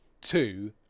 two